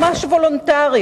ממש וולונטרי.